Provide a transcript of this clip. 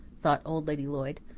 thought old lady lloyd.